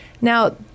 Now